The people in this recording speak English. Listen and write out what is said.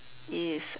is